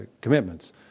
commitments